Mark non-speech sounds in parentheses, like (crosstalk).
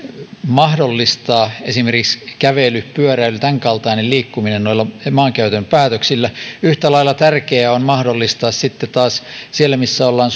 mahdollistaa esimerkiksi kävely pyöräily tämänkaltainen liikkuminen noilla maankäytön päätöksillä yhtä lailla tärkeää on mahdollistaa sitten taas siellä missä ollaan (unintelligible)